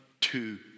two